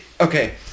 Okay